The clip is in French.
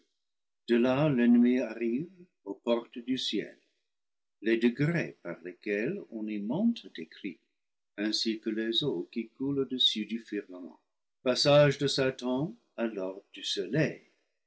l'ennemi arrive aux portes du ciel les degrés par lesquels on y monte décrits ainsi que les eaux qui coulent au-dessus du firmament passage de satan à l'orbe du soleil